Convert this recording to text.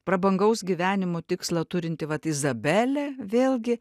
prabangaus gyvenimo tikslą turinti vat izabelė vėlgi